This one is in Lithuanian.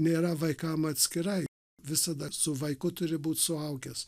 nėra vaikam atskirai visada su vaiku turi būt suaugęs